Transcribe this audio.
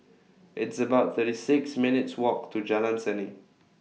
It's about thirty six minutes' Walk to Jalan Seni